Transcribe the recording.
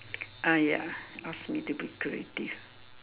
uh ya ask me to be creative